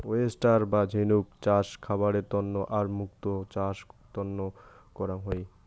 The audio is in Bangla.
ওয়েস্টার বা ঝিনুক চাষ খাবারের তন্ন আর মুক্তো চাষ তন্ন করাং হই